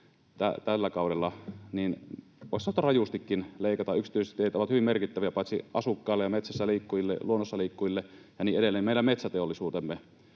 tällä kaudella, voisi sanoa, rajustikin leikataan. Paitsi että yksityistiet ovat hyvin merkittäviä asukkaille ja metsässä liikkujille, luonnossa liikkujille ja niin edelleen, ne ovat myös meidän metsäteollisuutemme